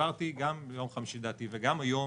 הסברתי גם ביום חמישי לדעתי וגם היום